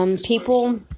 people